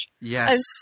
yes